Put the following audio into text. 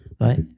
right